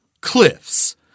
Cliffs